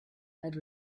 had